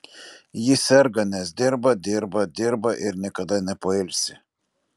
ji serga nes dirba dirba dirba ir niekada nepailsi